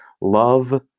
love